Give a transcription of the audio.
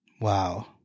Wow